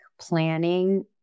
planning